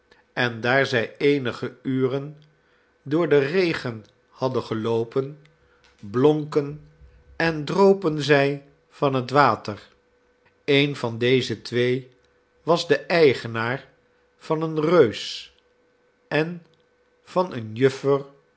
en daar zij eenige uren door den regen hadden geloopen blonken en dropen zij van het water een van deze twee was de eigenaar van een reus en van eene